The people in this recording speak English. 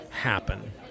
happen